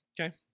Okay